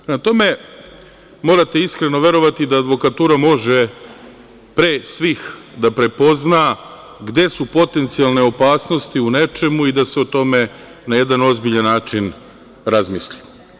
Prema tome, morate iskreno verovati da advokatura može, pre svih, da prepozna gde su potencijalne opasnosti u nečemu i da se o tome na jedan ozbiljan način razmisli.